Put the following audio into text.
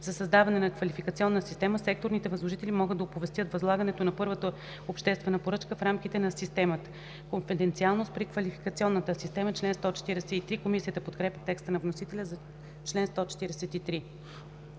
за създаване на квалификационна система секторните възложители могат да оповестят възлагането на първата обществена поръчка в рамките на системата.” „Конфиденциалност при квалификационна система.” Комисията подкрепя текста на вносителя за чл. 143.